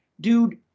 dude